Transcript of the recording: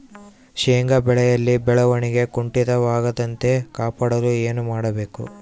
ಶೇಂಗಾ ಬೆಳೆಯಲ್ಲಿ ಬೆಳವಣಿಗೆ ಕುಂಠಿತವಾಗದಂತೆ ಕಾಪಾಡಲು ಏನು ಮಾಡಬೇಕು?